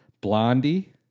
Blondie